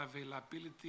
availability